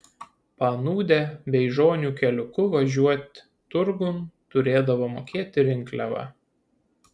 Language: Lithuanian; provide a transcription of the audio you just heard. panūdę beižonių keliuku važiuoti turgun turėdavo mokėti rinkliavą